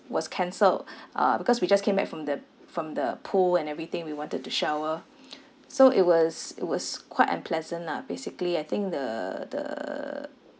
was cancelled uh because we just came back from the from the pool and everything we wanted to shower so it was it was quite unpleasant lah basically I think the the